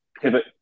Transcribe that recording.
pivot